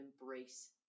embrace